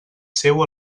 seu